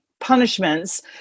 punishments